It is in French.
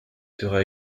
sera